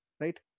right